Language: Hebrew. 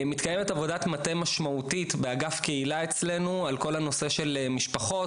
מתקיימת עבודת מטה משמעותית באגף קהילה אצלנו על כל הנושא של משפחות,